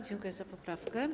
Dziękuję za poprawkę.